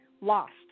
lost